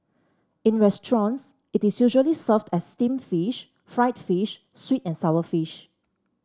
in restaurants it is usually served as steamed fish fried fish sweet and sour fish